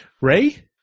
Ray